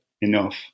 enough